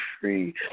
free